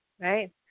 right